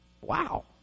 Wow